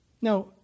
Now